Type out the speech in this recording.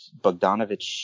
Bogdanovich